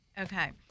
Okay